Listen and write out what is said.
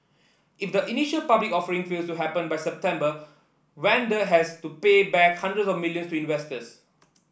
if the initial public offering fails to happen by September Wanda has to pay back hundreds of millions to investors